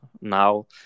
now